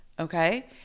okay